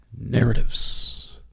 narratives